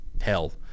Hell